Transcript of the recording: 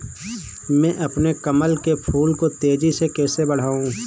मैं अपने कमल के फूल को तेजी से कैसे बढाऊं?